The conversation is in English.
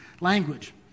language